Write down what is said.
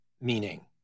meaning